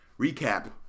recap